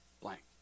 blank